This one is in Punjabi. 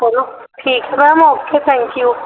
ਚਲੋ ਠੀਕ ਹੈ ਮੈਮ ਓਕੇ ਥੈਂਕ ਯੂ